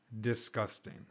disgusting